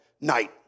night